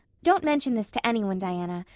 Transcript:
don't mention this to any one, diana.